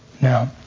Now